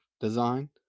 design